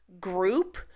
group